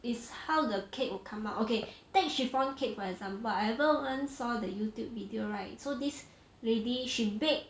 it's how the cake will come out okay take chiffon cake for example I ever went saw the youtube video right so this lady she bake